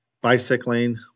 bicycling